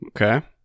Okay